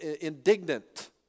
indignant